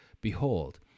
Behold